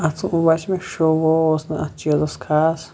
اتھ اوس مےٚ شو وو اوس نہٕ اتھ چیٖزَس خاص